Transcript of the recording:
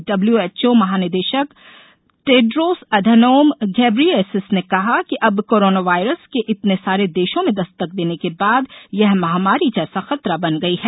WHO महानिदेशक Tedros Adhanom Ghebreyesus ने कहा कि अब कोरोना वायरस इतने सारे देशों में दस्तक देने के बाद यह महामारी जैसा खतरा बन गई है